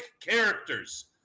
characters